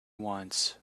once